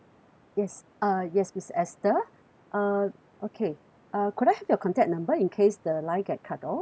yes uh yes miss esther uh okay uh could I have your contact number in case the line get cut off